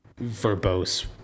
verbose